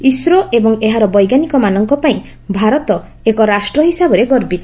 ISRO ଏବଂ ଏହାର ବୈଜ୍ଞାନିକମାନଙ୍କ ପାଇଁ ଭାରତ ଏକ ରାଷ୍ଟ୍ର ହିସାବରେ ଗର୍ବିତ